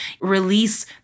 release